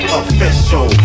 official